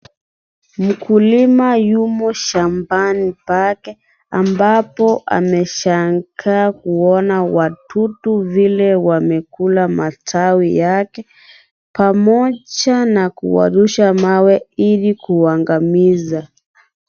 Mkulima yumo shambani pake, ambapo ameshangaa kuona wadudu vile wamekula matawi yake, pamoja na kuwarusha mawe, ili kuwaangamiza.